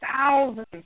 thousands